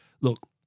look